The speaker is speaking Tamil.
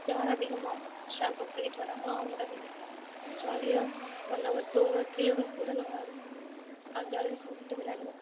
யார் அதிகமாக ஷாம்பை பொறுக்கிகிட்டு வராங்களோ அவங்கதான் வின்னர் ஜாலியாக one hour two hour three hours கூட நாங்கள் ஜாலியாக ஸ்விம் பண்ணிகிட்டு விளையாடுவோம்